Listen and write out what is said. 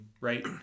Right